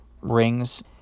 rings